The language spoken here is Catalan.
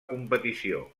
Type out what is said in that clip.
competició